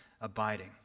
abiding